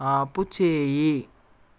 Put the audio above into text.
ఆపుచెయ్యి